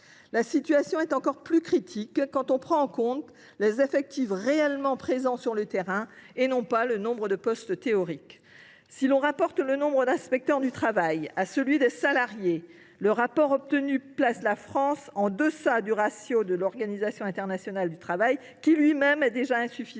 La situation est encore plus critique quand on prend en compte les effectifs réellement présents sur le terrain et non pas le nombre de postes théoriques. Si l’on rapporte le nombre d’inspecteurs du travail à celui des salariés, la France se place en deçà du ratio de l’Organisation internationale du travail, qui lui même est insuffisant